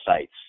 sites